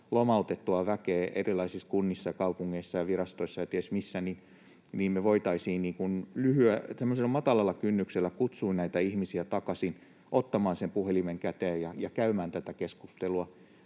lomautettua väkeä erilaisissa kunnissa ja kaupungeissa ja virastoissa ja ties missä. Me voitaisiin semmoisella matalalla kynnyksellä kutsua näitä ihmisiä takaisin ottamaan sen puhelimen käteen ja käymään tätä keskustelua.